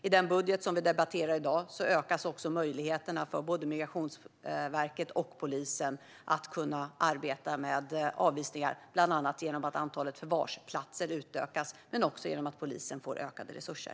I den budget som vi debatterar i dag ökas också möjligheterna för både Migrationsverket och polisen att arbeta med avvisningar, bland annat genom att antalet förvarsplatser utökas, men även genom att polisen får ökade resurser.